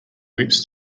leaps